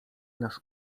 nasz